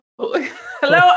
hello